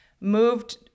moved